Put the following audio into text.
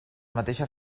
mateixa